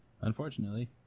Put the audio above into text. Unfortunately